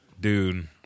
dude